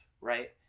right